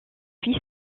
fils